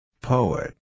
Poet